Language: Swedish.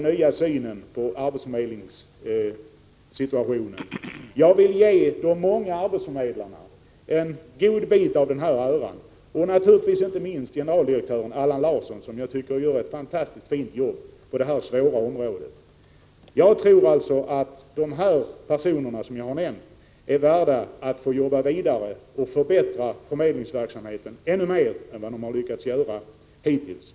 nya synen på arbetsförmedlingsverksamheten. Jag vill ge en god bit av den äran till de många arbetsförmedlarna och naturligtvis inte minst till generaldirektören Allan Larsson, som jag tycker utför ett fantastiskt fint arbete på detta svåra område. De personer som jag nämnt är värda att få jobba vidare och förbättra förmedlingsverksamheten ännu mer än de lyckats göra hittills.